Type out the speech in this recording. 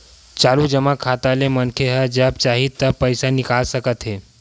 चालू जमा खाता ले मनखे ह जब चाही तब पइसा ल निकाल सकत हे